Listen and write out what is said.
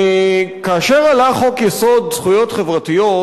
כאשר עלה חוק-יסוד: זכויות חברתיות,